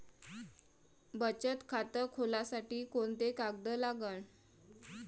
बचत खात खोलासाठी कोंते कागद लागन?